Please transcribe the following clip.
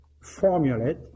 formulate